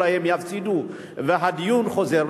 אולי הם יפסידו והדיון חוזר.